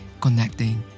connecting